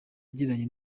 yagiranye